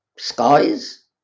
Skies